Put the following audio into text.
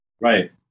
Right